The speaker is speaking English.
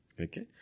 Okay